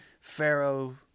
Pharaoh